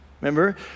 Remember